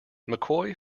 mccoy